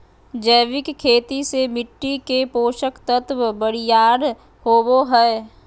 जैविक खेती से मिट्टी के पोषक तत्व बरियार होवो हय